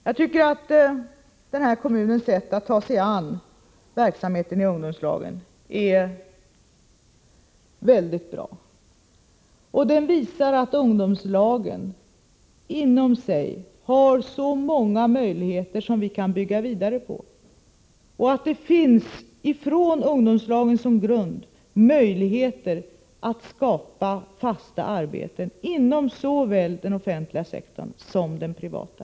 Jag tycker att den här kommunens sätt att ta sig an verksamheten i ungdomslagen är mycket bra. Det visar att ungdomslagen inom sig har så många möjligheter som vi kan bygga vidare på och att det finns, med ungdomslagen som grund, möjligheter att skapa fasta arbeten inom såväl den offentliga sektorn som den privata.